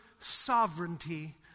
sovereignty